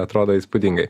atrodo įspūdingai